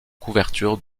couverture